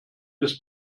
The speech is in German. ist